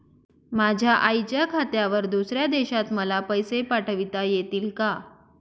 माझ्या आईच्या खात्यावर दुसऱ्या देशात मला पैसे पाठविता येतील का?